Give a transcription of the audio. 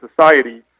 society